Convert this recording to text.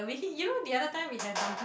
we heat you know the other time we have dumpling